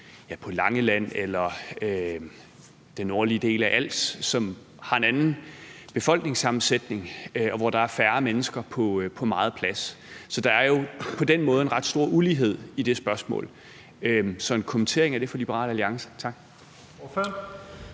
på Langeland eller den nordlige del af Als, som har en anden befolkningssammensætning, og hvor der er færre mennesker på meget plads. Der er jo på den måde en ret stor ulighed i det spørgsmål, så jeg vil gerne bede om en kommentar til det fra Liberal Alliance. Tak.